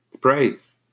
Praise